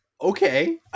Okay